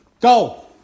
Go